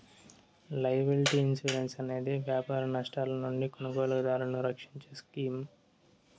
liability insurance అనేది వ్యాపార నష్టాల నుండి కొనుగోలుదారులను రక్షించే స్కీమ్